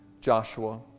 Joshua